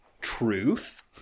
Truth